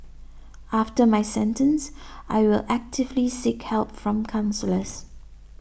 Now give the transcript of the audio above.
after my sentence I will actively seek help from counsellors